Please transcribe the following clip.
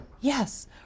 Yes